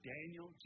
Daniel